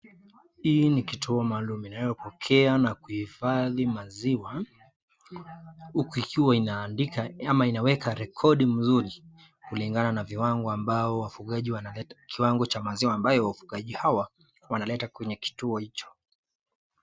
Hii ni kituo maalum inayopokea na kuhifadhi maziwa uku ikiwa inaandika ama inaweka rekodi mzuri kulingana na kiwango cha maziwa ambayo wafugaji hawa wanaleta kwenye kituo hicho.